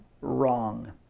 wrong